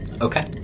Okay